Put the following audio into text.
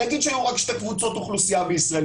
נגיד שהיו רק שתי קבוצות אוכלוסייה בישראל,